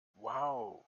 wow